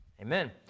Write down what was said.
Amen